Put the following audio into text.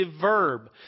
verb